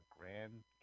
grand